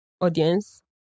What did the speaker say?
audience